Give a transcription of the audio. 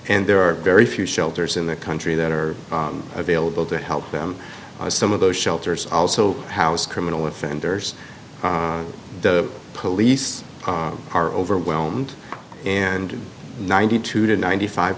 and there are very few shelters in the country that are available to help them some of those shelters also house criminal offenders the police are overwhelmed and ninety to ninety five